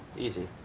easy.